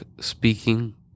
speaking